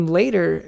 later